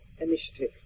initiative